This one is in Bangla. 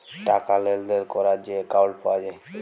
টাকা লেলদেল ক্যরার যে একাউল্ট পাউয়া যায়